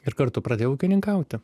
ir kartu pradėjo ūkininkauti